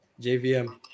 JVM